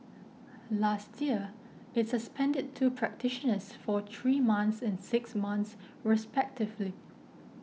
last year it suspended two practitioners for three months and six months respectively